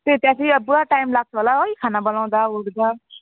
त्यही त्यहाँ चाहिँ अब पुरा टाइम लाग्छ होला है खाना बनाउँदा ओर्दा